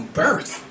birth